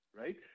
right